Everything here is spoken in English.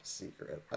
secret